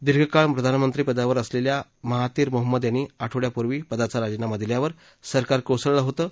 दीर्घकाळ प्रधानमंत्री पदावर असलेल्या महाथीर मोहम्मद यांनी आठपड्यापूर्वी पदाचा राजीनामा दिल्यावर सरकार कोसळलं होतं